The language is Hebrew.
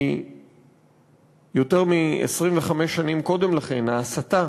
והיא יותר מ-25 שנים קודם לכן, ההסתה